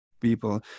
people